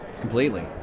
completely